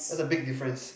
that's a big difference